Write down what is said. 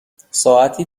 ساعتی